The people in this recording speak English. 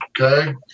Okay